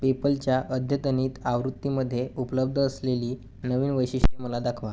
पेपलच्या अद्यतनीत आवृत्तीमध्ये उपलब्ध असलेली नवीन वैशिष्ट्य मला दाखवा